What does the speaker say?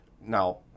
now